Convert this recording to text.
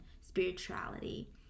spirituality